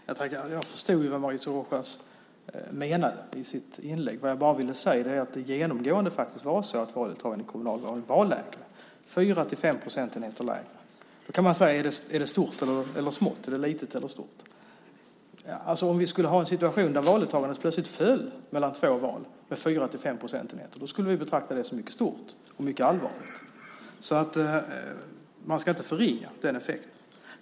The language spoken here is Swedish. Fru talman! Jag förstod vad Mauricio Rojas menade i sitt inlägg. Vad jag ville säga var bara att valdeltagandet i kommunalvalet genomgående var 4-5 procentenheter lägre. Man kan fundera på om skillnaden är liten eller stor. Om vi skulle ha en situation där valdeltagandet mellan två val plötsligt föll med 4-5 procentenheter skulle vi betrakta detta fall som mycket stort och mycket allvarligt. Man ska alltså inte förringa den effekten.